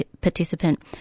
participant